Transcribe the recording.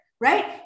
right